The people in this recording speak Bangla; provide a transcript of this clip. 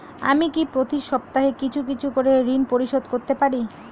আমি কি প্রতি সপ্তাহে কিছু কিছু করে ঋন পরিশোধ করতে পারি?